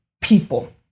people